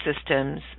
systems